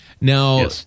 Now